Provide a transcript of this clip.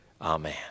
Amen